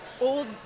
old